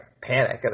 panic